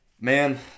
man